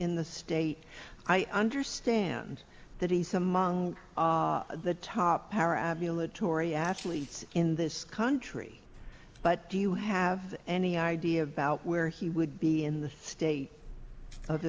in the state i understand that he's among the top story actually in this country but do you have any idea about where he would be in the state of